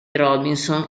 robinson